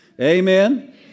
Amen